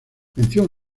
mención